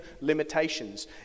limitations